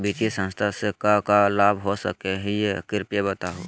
वित्तीय संस्था से का का लाभ हो सके हई कृपया बताहू?